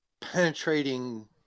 penetrating